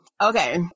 Okay